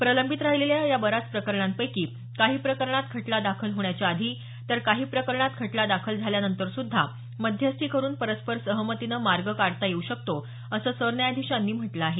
प्रलंबित राहिलेल्या या बऱ्याच प्रकरणांपैकी काही प्रकरणात खटला दाखल होण्याच्या आधी तर काही प्रकरणात खटला दाखल झाल्यानंतर सुद्धा मध्यस्थी करुन परस्पर सहमतीनं मार्ग काढता येऊ शकतो असं सरन्यायाधीशांनी म्हटल आहे